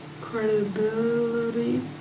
credibility